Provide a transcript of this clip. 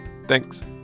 Thanks